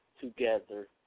together